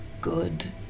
good